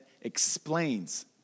explains